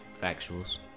Factuals